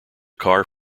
car